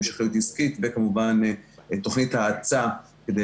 המשכיות עסקית וכמובן תוכנית האצה כדי